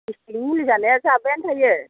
gastric मुलि जानाया जाबायानो थायो